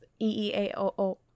E-E-A-O-O